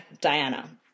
Diana